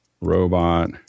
robot